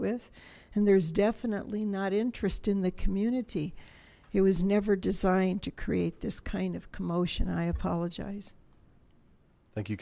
with and there's definitely not interest in the community it was never designed to create this kind of commotion i apologize